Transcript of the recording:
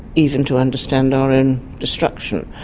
even to understand our own destruction.